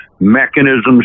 mechanisms